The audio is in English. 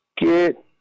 get